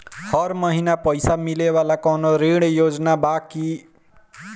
हर महीना पइसा मिले वाला कवनो ऋण योजना बा की?